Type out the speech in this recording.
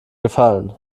gefallen